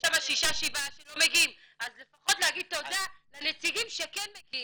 יש שם שישה- שבעה שלא מגיעים אז לפחות להגיד תודה לנציגים שכן מגיעים,